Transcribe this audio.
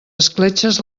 escletxes